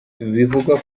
bivugwa